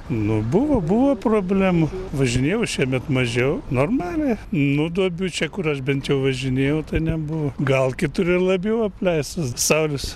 nu buvo buvo problemų važinėjau šiemet mažiau normaliai nu duobių čia kur aš bent jau važinėjau tai nebuvo gal kitur ir labiau apleistas saulius